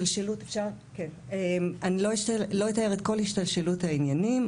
אני לא אתאר את השתלשלות העניינים,